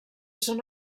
són